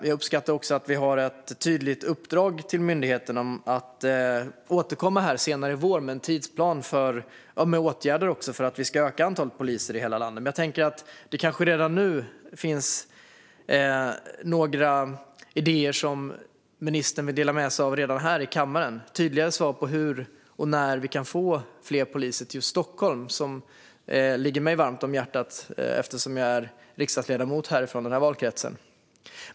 Jag uppskattar också att det finns ett tydligt uppdrag till myndigheten om att återkomma senare i vår med en tidsplan och åtgärder för att öka antalet poliser i hela landet. Men jag tänker att det kanske redan nu finns några idéer som ministern vill dela med sig av här i kammaren. Finns det tydligare svar på hur och när vi kan få fler poliser till just Stockholm? Det ligger mig varmt om hjärtat, eftersom jag är riksdagsledamot från den här valkretsen.